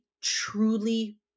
truly